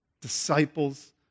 disciples